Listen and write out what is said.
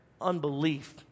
unbelief